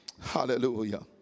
Hallelujah